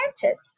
granted